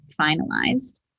finalized